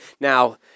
Now